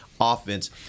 offense